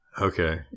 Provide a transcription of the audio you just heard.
Okay